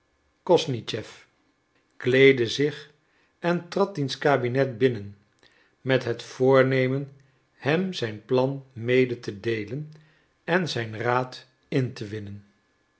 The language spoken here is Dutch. kosnischeff kleedde zich en trad diens kabinet binnen met het voornemen hem zijn plan mede te deelen en zijn raad in te winnen